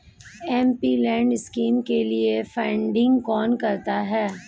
MPLAD scheme के लिए funding कौन करता है?